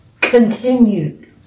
continued